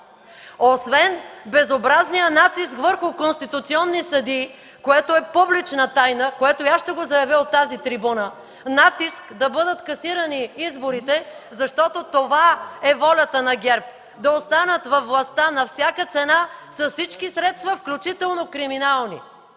Освен безобразния натиск върху конституционни съдии, което е публична тайна, което и аз ще заявя от тази трибуна – натиск да бъдат касирани изборите, защото това е волята на ГЕРБ – да останат във властта на всяка цена, с всички средства, включително криминални,